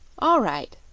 all right,